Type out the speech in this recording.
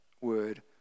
word